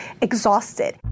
exhausted